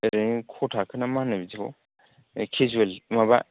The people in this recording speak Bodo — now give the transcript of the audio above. ओरैनो क थाखोना मा होनो बिदिखौ ऐ केजुवेल माबा